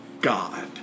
God